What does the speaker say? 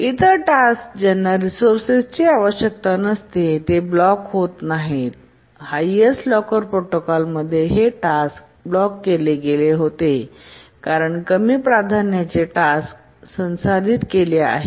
इतर टास्के ज्यांना रिसोर्सेसची आवश्यकता नसते ते ब्लॉक होत नाहीत हायेस्ट लॉकर प्रोटोकॉलमध्ये हे टास्क ब्लॉक केले गेले होते कारण कमी प्राधान्याने टास्क संसाधित केले आहे